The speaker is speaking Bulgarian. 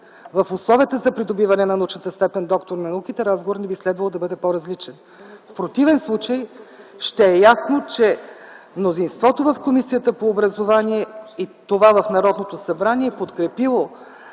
в условията за придобиване на научната степен „доктор на науките”, разговорът ни би следвало да бъде по-различен. В противен случай ще е ясно, че мнозинството в Комисията по образованието, науката и въпросите